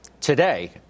today